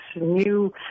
new